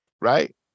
right